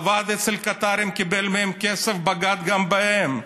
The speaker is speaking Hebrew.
עבד אצל הקטארים, קיבל מהם כסף ובגד גם בהם.